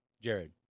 Jared